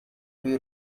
will